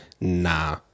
Nah